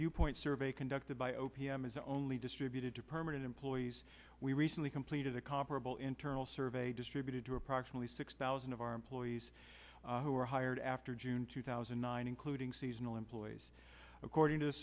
viewpoint survey conducted by o p m is only distributed to permanent employees we recently completed a comparable internal survey distributed to approximately six thousand of our employees who were hired after june two thousand and nine including seasonal employees according to the